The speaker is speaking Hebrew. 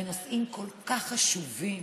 ונושאים כל כך חשובים,